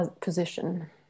position